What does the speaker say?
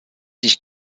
sich